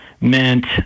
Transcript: meant